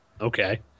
Okay